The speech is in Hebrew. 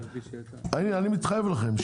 אני מתחייב לכם,